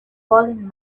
fallen